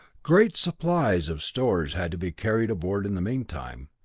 great supplies of stores had to be carried aboard in the meantime.